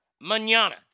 manana